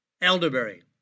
elderberry